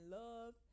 love